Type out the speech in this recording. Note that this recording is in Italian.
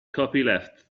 copyleft